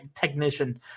technician